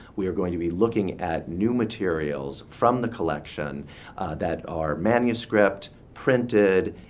we are going to be looking at new materials from the collection that are manuscript, printed,